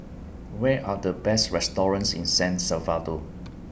Where Are The Best restaurants in San Salvador